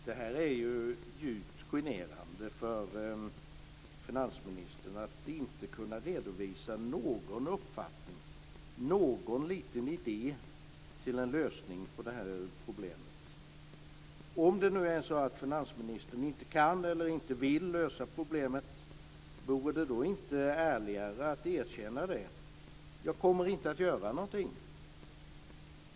Det är ju djupt generande för finansministern att inte kunna redovisa någon uppfattning, någon liten idé till en lösning av problemet. Om det nu är så att finansministern inte kan eller inte vill lösa problemet, vore det då inte ärligare att erkänna det och säga att han inte kommer att göra någonting?